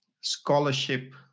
scholarship